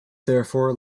therefore